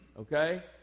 okay